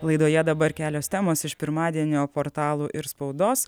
laidoje dabar kelios temos iš pirmadienio portalų ir spaudos